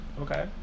Okay